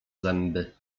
zęby